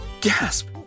Gasp